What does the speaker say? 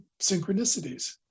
synchronicities